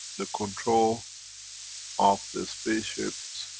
the control of the spaceships,